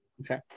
Okay